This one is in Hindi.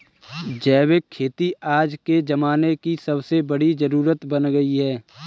जैविक खेती आज के ज़माने की सबसे बड़ी जरुरत बन गयी है